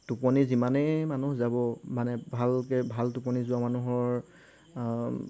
টোপনি যিমানেই মানুহ যাব মানে ভালকৈ ভাল টোপনি যোৱা মানুহৰ